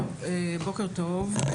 בוקר טוב.